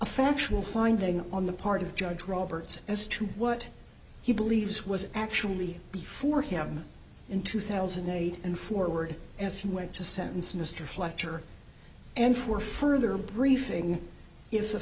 a factual finding on the part of judge roberts as to what he believes was actually before him in two thousand and eight and forward as he went to sentence mr fletcher and for further briefing